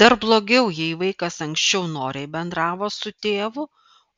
dar blogiau jei vaikas anksčiau noriai bendravo su tėvu